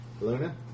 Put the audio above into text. Luna